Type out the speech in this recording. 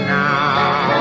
now